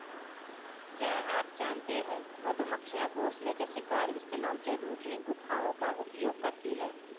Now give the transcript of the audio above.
क्या आप जानते है मधुमक्खियां घोंसले के शिकार स्थलों के रूप में गुफाओं का उपयोग करती है?